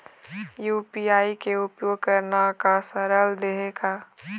UPI के उपयोग करना का सरल देहें का?